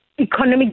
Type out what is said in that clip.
economic